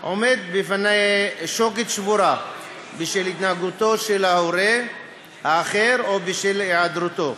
עומד בפני שוקת שבורה בשל התנהגותו של ההורה האחר או בשל היעדרותו.